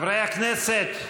חברי הכנסת,